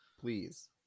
Please